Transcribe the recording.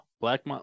Black